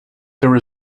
there